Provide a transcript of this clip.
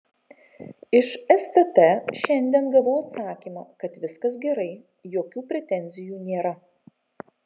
iš stt šiandien gavau atsakymą kad viskas gerai jokių pretenzijų nėra